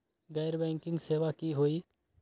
गैर बैंकिंग सेवा की होई?